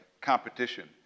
competition